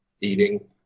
eating